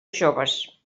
joves